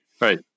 Right